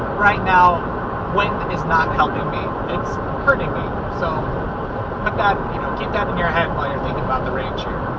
right now wind is not helping me. it's hurting me. so like you know keep that in your head while you're thinking about the range here.